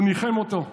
הוא ניחם אותו,